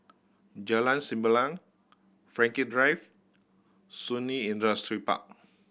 Jalan Sembilang Frankel Drive Shun Li Industrial Park